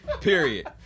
Period